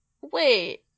Wait